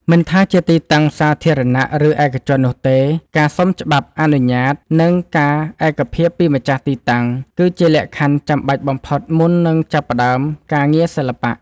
មិនថាជាទីតាំងសាធារណៈ ឬឯកជននោះទេ ការសុំច្បាប់អនុញ្ញាត និងការឯកភាពពីម្ចាស់ទីតាំង គឺជាលក្ខខណ្ឌចាំបាច់បំផុតមុននឹងចាប់ផ្ដើមការងារសិល្បៈ។